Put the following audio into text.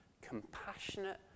compassionate